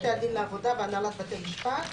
בתי הדין לעבודה והנהלת בתי המשפט,